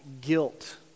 guilt